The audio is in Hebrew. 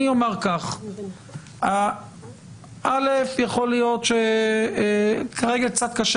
אני אומר כך: ראשית, יכול להיות שכרגע קצת קשה